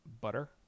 butter